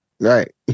Right